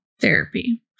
therapy